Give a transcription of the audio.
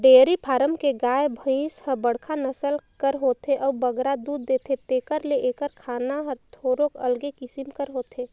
dairy farm के गाय, भंइस ह बड़खा नसल कर होथे अउ बगरा दूद देथे तेकर ले एकर खाना हर थोरोक अलगे किसिम कर होथे